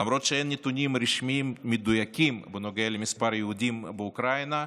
למרות שאין נתונים רשמיים מדויקים על מספר היהודים באוקראינה,